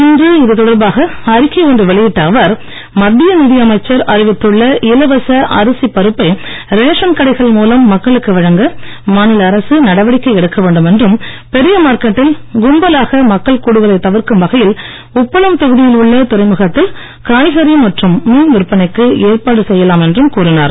இன்று இது தொடர்பாக அறிக்கை ஒன்றை வெளியிட்ட அவர் மத்திய நிதி அமைச்சர் அறிவித்துள்ள இலவச அரசி பருப்பை ரேஷன் கடைகள் மூலம் மக்களுக்கு வழங்க மாநில அரசு நடவடிக்கை எடுக்கவேண்டும் என்றும் பெரிய மார்க்கெட்டில் கும்பலாக மக்கள் கூடுவதைத் தவிர்க்கும் வகையில் உப்பளம் தொகுதியில் உள்ள துறைமுகத்தில் காய்கறி மற்றும் மீன் விற்பனைக்கு ஏற்பாடு செய்யலாம் என்றும் கூறினார்